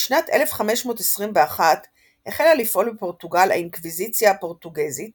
בשנת 1521 החלה לפעול בפורטוגל האינקוויזיציה הפורטוגזית